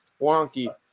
wonky